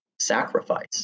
sacrifice